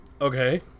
Okay